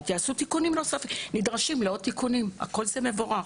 יעשו בהמשך תיקונים נדרשים הכול מבורך.